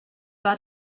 war